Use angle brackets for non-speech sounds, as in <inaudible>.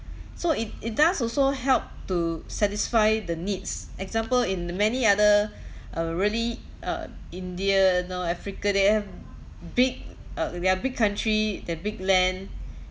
so it it does also help to satisfy the needs example in many other <breath> uh really uh india know africa they have big uh they are big country they have big land